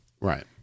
Right